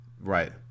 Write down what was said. Right